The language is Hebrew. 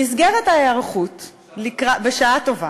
בשעה טובה.